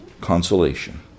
consolation